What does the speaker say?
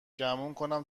گمونم